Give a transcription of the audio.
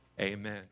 Amen